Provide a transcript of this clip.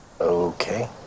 Okay